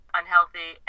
unhealthy